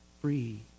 free